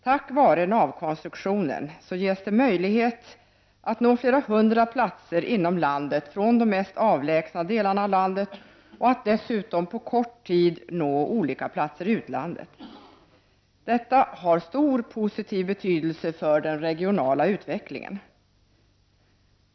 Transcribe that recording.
Tack vare navkonstruktionen ges möjlighet att nå flera hundra platser inom landet från de mest avlägsna delarna av landet och att dessutom på kort tid nå olika platser i utlandet. Detta har stor positiv betydelse för den regionala utvecklingen.